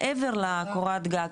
מעבר לקורת גג,